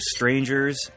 Strangers